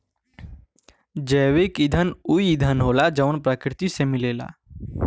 जैविक ईंधन ऊ ईंधन होला जवन प्रकृति से मिलेला